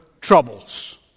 troubles